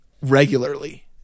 regularly